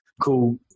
cool